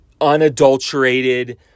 unadulterated